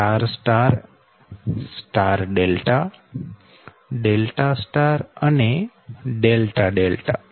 star star star delta delta star અને delta delta